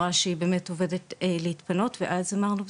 העמותה אמרה שהיא באמת עומדת להתפנות ואז אמרנו,